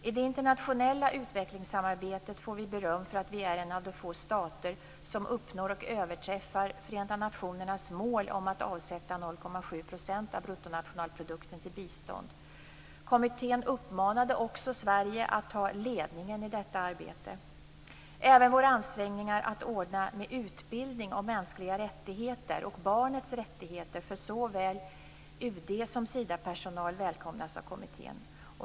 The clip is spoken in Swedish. I det internationella utvecklingssamarbetet får vi beröm för att vi är en av de få stater som uppnår och överträffar Förenta nationernas mål om att avsätta 0,7 % av bruttonationalprodukten till bistånd. Kommittén uppmanade också Sverige att ta ledningen i detta arbete. Även våra ansträngningar att ordna med utbildning om mänskliga rättigheter och barnets rättigheter för såväl UD som Sidapersonal välkomnas av kommittén.